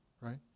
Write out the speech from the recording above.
right